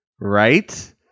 right